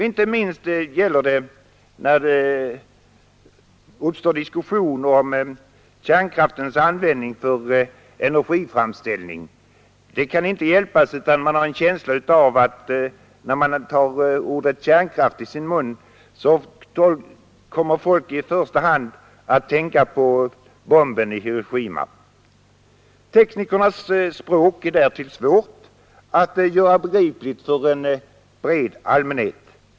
Inte minst gäller det när det uppstår diskussion om kärnkraftens användning för energiframställning. Det kan inte hjälpas att man har en känsla av att när man tar ordet kärnkraft i sin mun kommer folk i första hand att tänka på bomben i Hiroshima. Teknikernas språk är därtill svårt att göra begripligt för en bred allmänhet.